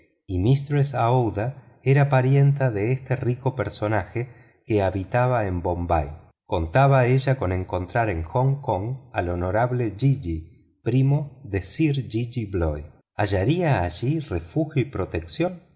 y aouida era pariente de ese rico personaje que habitaba en bombay contaba ella con encontrar en hong kong al honorable jejeeh primo de sir jejeebloy hallaría allí refugio y protección